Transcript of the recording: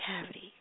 cavity